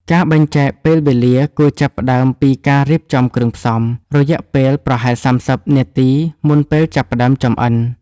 ការបែងចែកពេលវេលាគួរចាប់ផ្ដើមពីការរៀបចំគ្រឿងផ្សំ រយៈពេលប្រហែល ៣០ នាទីមុនពេលចាប់ផ្ដើមចម្អិន។